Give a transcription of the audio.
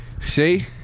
see